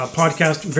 podcast